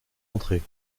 entrées